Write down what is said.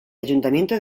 ayuntamiento